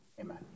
Amen